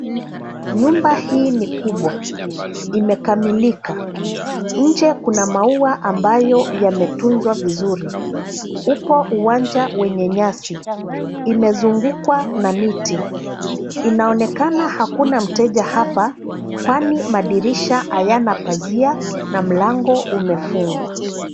Nyumba hii ni kubwa, imekamilika. Nje kuna maua ambayo yametunzwa vizuri. Upo uwanja wenye nyasi, imezungukwa na miti, inaonekana hakuna mteja hapa kwani madirisha hayana pazia na mlango umefungwa.